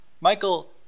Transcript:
Michael